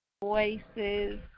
voices